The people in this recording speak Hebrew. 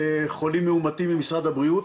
מאומתים ממשרד הבריאות,